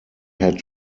had